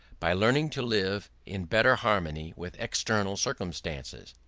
by learning to live in better harmony with external circumstances.